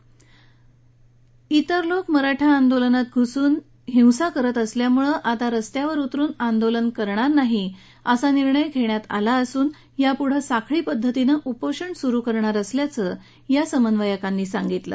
दुसरे लोक मराठा आंदोलनात घुसून हिंसा करत असल्यामुळे आता रस्त्यावर उतरुन आंदोलन करणार नसल्याचा निर्णय घेण्यात आला असून यापुढे साखळी पद्धतीनं उपोषण सुरु करणार असल्याचं समन्वयकांनी सांगितलं